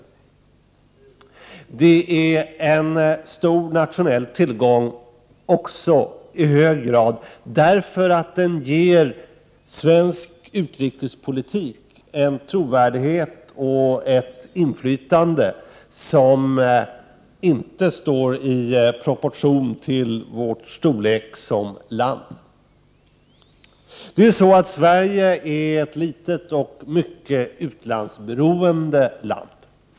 Den är en stor nationell tillgång också i hög grad därför att den ger svensk utrikespolitik en trovärdighet och ett inflytande som inte står i proportion till Sveriges storlek som land. Sverige är ett litet och mycket utlandsberoende land.